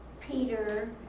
Peter